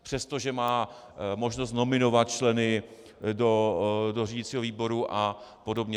Přestože má možnost nominovat členy do řídicího výboru apod.